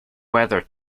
whether